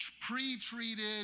pre-treated